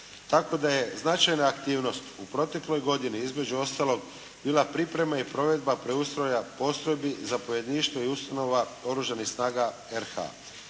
Tako da je značajna aktivnost u protekloj godini između ostaloga bila priprema i provedba preustroja postrojbi, zapovjedništva i ustanova Oružanih snaga RH.